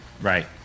right